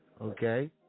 Okay